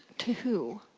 to who?